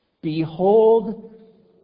Behold